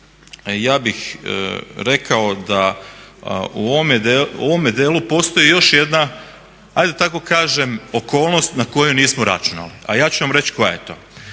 ja bih rekao da u ovome delu postoji još jedna hajde da tako kažem okolnost na koju nismo računali, a ja ću vam reći koja je to.